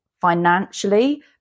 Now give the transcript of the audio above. financially